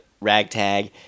ragtag